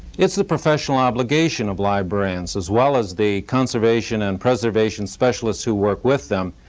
it's the professional obligation of librarians, as well as the conservation and preservation specialists who work with them,